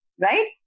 right